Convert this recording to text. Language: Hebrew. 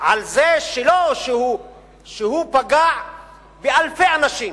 על זה שהוא פגע באלפי אנשים,